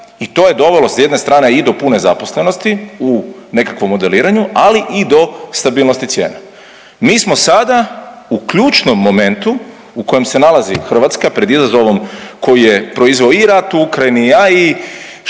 I to je dovelo s jedne strane i do pune zaposlenosti u nekakvom modeliranju, ali i do stabilnosti cijena. Mi smo sada u ključnom momentu u kojem se nalazi Hrvatska pred izazovom koji je proizveo i rat u Ukrajini, a i